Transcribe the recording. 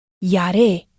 Yare